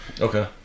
Okay